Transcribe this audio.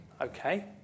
okay